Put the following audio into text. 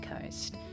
Coast